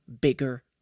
bigger